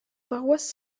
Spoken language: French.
paroisse